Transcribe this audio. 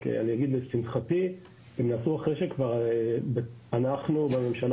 אבל לשמחתי הם נעשו אחרי שאנחנו והממשלה